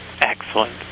Excellent